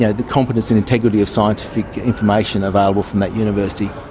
yeah the competence and integrity of scientific information available from that university.